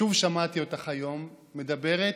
שוב שמעתי אותך היום מדברת